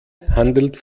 handelt